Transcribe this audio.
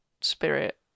spirit